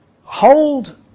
hold